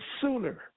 sooner